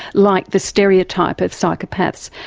like the stereotype of psychopaths.